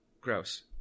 gross